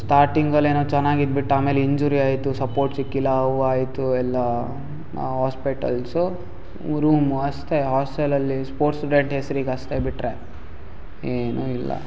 ಸ್ಟಾಟಿಂಗಲ್ಲಿ ಏನೋ ಚೆನ್ನಾಗಿ ಇದ್ಬಿಟ್ಟು ಆಮೇಲೆ ಇಂಜುರಿ ಆಯಿತು ಸಪೋರ್ಟ್ ಸಿಕ್ಕಿಲ್ಲ ಅವ್ ಆಯಿತು ಎಲ್ಲ ನಾವು ಹಾಸ್ಪಿಟೆಲ್ಸು ರೂಮು ಅಷ್ಟೇ ಹಾಸ್ಟೆಲಲ್ಲಿ ಸ್ಪೋರ್ಟ್ಸ್ ಹೆಸ್ರಿಗೆ ಅಷ್ಟೇ ಬಿಟ್ಟರೆ ಏನೂ ಇಲ್ಲ